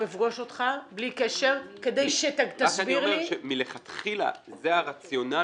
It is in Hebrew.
--- רק אני אומר שמלכתחילה זה הרציונל